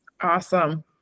Awesome